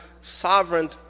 sovereign